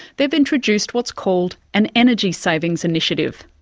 they've introduced what's called an energy savings initiative.